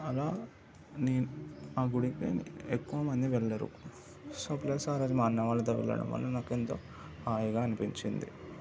అలా నేను ఆ గుడికి ఎక్కువ మంది వెళ్ళరు సో ప్లస్ ఆరోజు మా అన్న వాళ్ళతో వెళ్ళడం వల్ల నాకు ఎంతో హాయిగా అనిపిచ్చింది